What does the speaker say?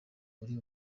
uri